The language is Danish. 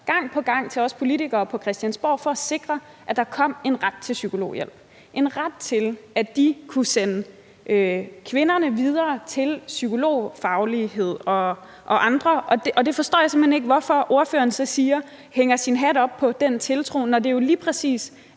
henvendt sig til os politikere på Christiansborg for at sikre, at der kom en ret til psykologhjælp – en ret til, at de kunne sende kvinderne videre til psykologer og andre. Og jeg forstår simpelt hen ikke, hvorfor ordføreren hænger sin hat op på den tiltro, når det jo lige præcis